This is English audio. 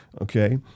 Okay